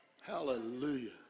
Hallelujah